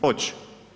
Hoće.